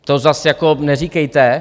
To zase jako neříkejte.